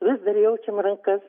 vis dar jaučiam rankas